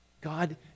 God